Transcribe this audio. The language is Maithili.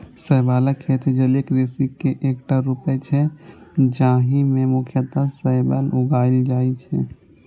शैवालक खेती जलीय कृषि के एकटा रूप छियै, जाहि मे मुख्यतः शैवाल उगाएल जाइ छै